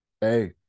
Hey